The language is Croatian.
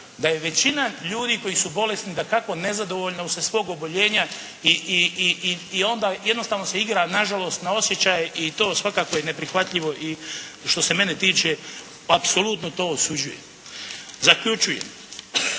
da je većina ljudi koji su bolesni dakako nezadovoljna uslijed svog oboljenja i onda jednostavno se igra nažalost na osjećaje i to svakako je neprihvatljivo. I što se mene tiče apsolutno to osuđujem. Zaključujem: